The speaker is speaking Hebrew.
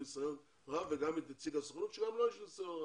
ניסיון רב וגם את נציג הסוכנות שגם לו יש ניסיון רב.